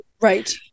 Right